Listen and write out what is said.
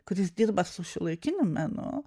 kuris dirba su šiuolaikiniu menu